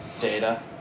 data